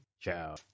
Ciao